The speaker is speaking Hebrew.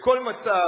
בכל מצב,